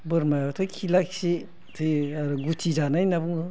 बोरमायाबोथ' खिलाखि थैयो आरो गुथि जानाय होनना बुङो